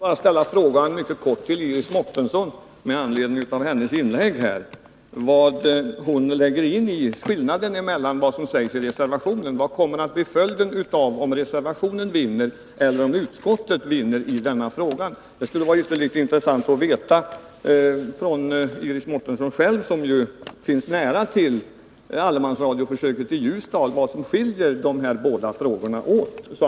Herr talman! Jag vill ställa en mycket kort fråga till Iris Mårtensson med anledning av hennes inlägg. Jag vill fråga vad hon lägger in i vad som sägs i reservationen. Vad kommer att bli följden om reservationen vinner? Blir det någon skillnad i förhållande till om utskottet vinner i denna fråga? Det skulle vara ytterst intressant att få veta detta av Iris Mårtensson själv, som ju finns nära allemansradioförsöket i Ljusdal. Vad är det som skiljer reservationen från utskottets skrivning?